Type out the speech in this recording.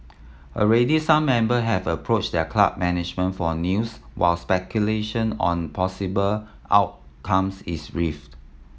already some member have approached their club management for news while speculation on possible outcomes is rife